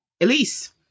Elise